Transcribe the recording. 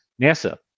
NASA